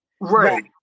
Right